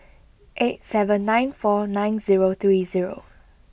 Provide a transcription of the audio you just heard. eight seven nine four nine zero three zero